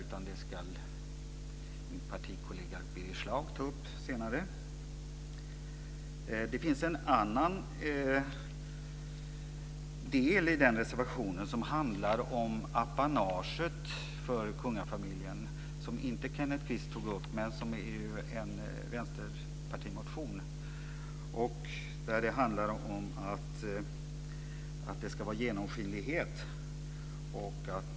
Det gör min partikollega Birger Schlaug senare. En del i reservationen handlar om apanaget för kungafamiljen. Den bygger på en vänsterpartimotion, men Kenneth Kvist tog inte upp den. Den går ut på att det ska vara genomskinlighet.